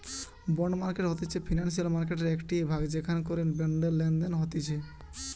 bond market হতিছে financial মার্কেটের একটিই ভাগ যেখান করে বন্ডের লেনদেন হতিছে